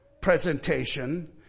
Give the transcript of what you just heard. presentation